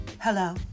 Hello